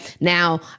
now